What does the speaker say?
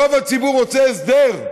רוב הציבור רוצה הסדר.